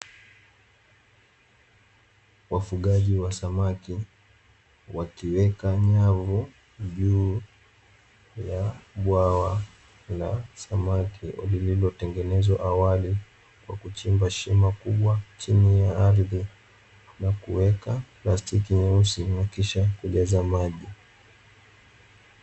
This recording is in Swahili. Wafugaji wa samaki wakiweka nyavu juu ya bwa la samaki, lililo tengenezwa awali kwa kuchimba shimo kubwa chini ya ardhi na kuweka plastiki nyeusi na kisha kujaza maji.